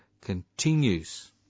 continues